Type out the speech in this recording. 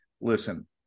Listen